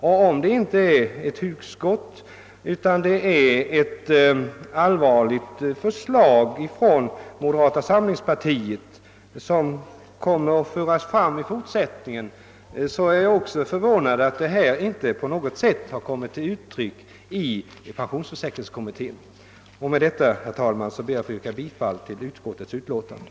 Och om det inte är ett hugskott utan ett allvarligt menat förslag från moderata samlingspartiet, som kommer att föras fram i fortsättningen, så är jag förvånad över att tankegångarna inte på något sätt kommit till uttryck i pensionsförsäkringskommittén. Med detta ber jag, herr talman, att få yrka bifall till utskottets hemställan.